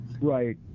right